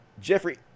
Jeffrey